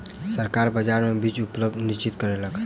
सरकार बाजार मे बीज उपलब्धता निश्चित कयलक